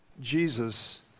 jesus